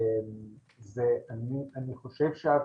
אני חושבת שאת